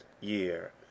year